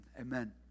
Amen